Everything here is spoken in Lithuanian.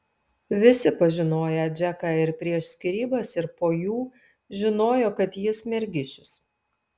visi pažinoję džeką ir prieš skyrybas ir po jų žinojo kad jis mergišius